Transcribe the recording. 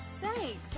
Thanks